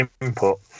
input